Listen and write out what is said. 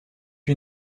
you